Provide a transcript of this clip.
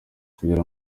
kugira